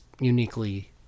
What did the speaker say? uniquely